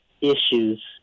issues